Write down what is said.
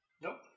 Nope